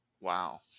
Wow